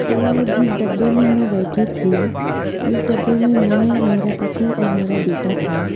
तो जिस डब्बे में मैं बैठी थी उस डब्बे में मैं मेरा पति और मेरा बेटा था